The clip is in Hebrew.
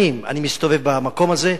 שנים אני מסתובב במקום הזה,